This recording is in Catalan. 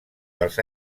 dels